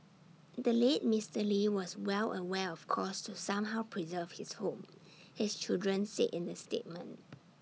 the late Mister lee was well aware of calls to somehow preserve his home his children said in the statement